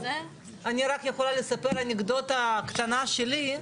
אני רק יכולה לספר אנקדוטה קטנה שלי,